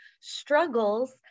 struggles